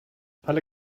alle